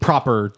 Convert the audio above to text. Proper